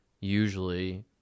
usually